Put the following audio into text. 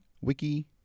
Wiki